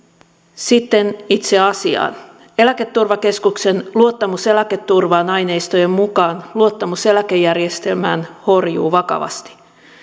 sitten itse asiaan eläketurvakeskuksen luottamus eläketurvaan aineistojen mukaan luottamus eläkejärjestelmään horjuu vakavasti